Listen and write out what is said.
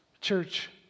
Church